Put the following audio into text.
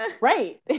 Right